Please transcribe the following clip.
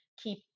keep